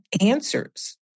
answers